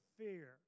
fear